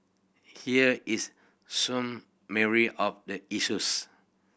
here is summary of the issues